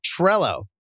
Trello